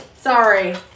Sorry